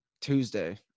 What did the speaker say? Tuesday